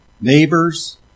neighbors